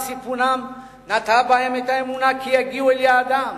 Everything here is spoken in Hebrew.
סיפונם נטעה בהם את האמונה כי יגיעו אל יעדם,